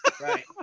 Right